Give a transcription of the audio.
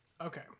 Okay